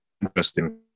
Interesting